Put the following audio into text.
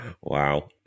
Wow